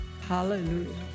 Hallelujah